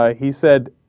ah he said